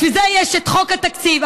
בשביל זה יש את חוק התקציב.